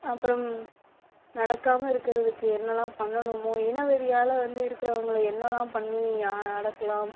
அப்புறம் நடக்காமல் இருக்கிறதுக்கு என்னெல்லாம் பண்ணணுமோ இனவெறியால் வந்து இருக்கிறவங்கள என்னெல்லாம் பண்ணி அடக்கலாம்